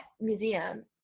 museum